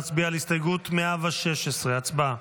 נצביע על הסתייגות 116. הצבעה.